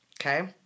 Okay